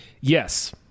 yes